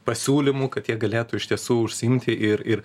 pasiūlymų kad jie galėtų iš tiesų užsiimti ir ir